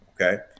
Okay